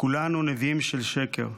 כולנו נביאים של שקר,